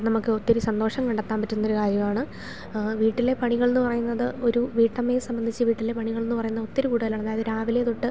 നമുക്ക് ഒത്തിരി സന്തോഷം കണ്ടെത്താൻ പറ്റുന്ന ഒരു കാര്യമാണ് വീട്ടിലെ പണികളെന്ന് പറയുന്നത് ഒരു വീട്ടമ്മയെ സംബന്ധിച്ചു വീട്ടിലെ പണികൾ എന്നു പറയുന്നത് ഒത്തിരി കൂടുതലാണ് അതായത് രാവിലെ തൊട്ട്